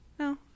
No